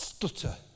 stutter